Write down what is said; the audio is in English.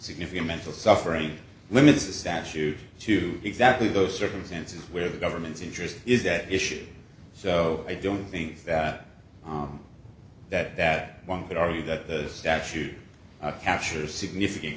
significant mental suffering limits a statute to exactly those circumstances where the government's interest is that issue so i don't think that that that one could argue that the statute captures significant